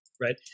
right